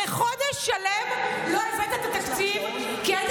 הרי חודש שלם לא הבאת את התקציב כי היית